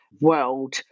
world